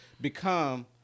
become